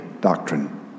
doctrine